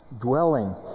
dwelling